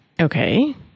Okay